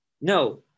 no